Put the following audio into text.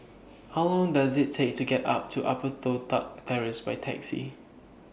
How Long Does IT Take to get up to Upper Toh Tuck Terrace By Taxi